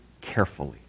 carefully